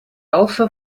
also